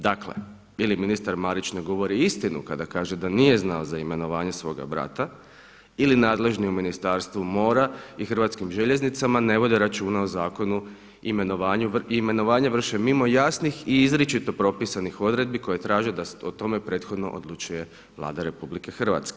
Dakle, ili ministar Marić ne govori istinu kada kaže da nije znao za imenovanje svoga brata ili nadležni u Ministarstvu mora i Hrvatskim željeznicama ne vode računa o zakonu i imenovanje vrše mimo jasnih i izričito propisanih odredbi koje traže da o tome prethodno odlučuje Vlada RH.